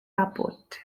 airport